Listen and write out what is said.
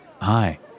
hi